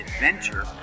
adventure